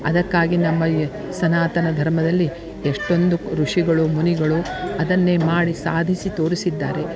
ಅದಕ್ಕಾಗಿ ನಮ್ಮ ಈ ಸನಾತನ ಧರ್ಮದಲ್ಲಿ ಎಷ್ಟೊಂದು ಋಷಿಗಳು ಮುನಿಗಳು ಅದನ್ನೇ ಮಾಡಿ ಸಾಧಿಸಿ ತೋರಿಸಿದ್ದಾರೆ